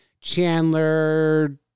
Chandler